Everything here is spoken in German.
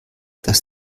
dass